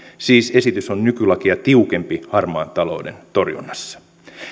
siis esitys on nykylakia tiukempi harmaan talouden torjunnassa